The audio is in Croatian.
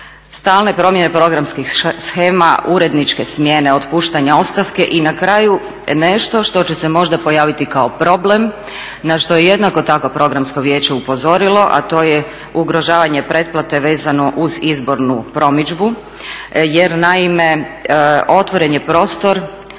Stalne promjene programskih shema, uredničke smjene, otpuštanja, ostavke i na kraju nešto što će se možda pojaviti kao problem, na što je jednako tako Programsko vijeće upozorilo, a to je ugrožavanje pretplate vezano uz izbornu promidžbu jer naime otvoren je prostor